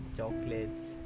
chocolates